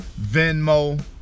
Venmo